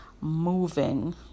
moving